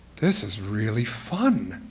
this is really fun.